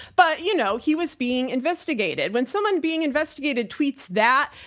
but you know, he was being investigated when someone being investigated tweets that,